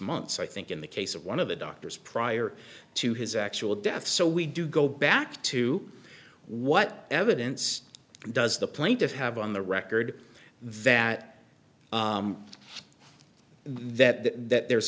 months i think in the case of one of the doctors prior to his actual death so we do go back to what evidence does the plaintiff have on the record that that that there's